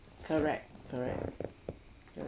correct correct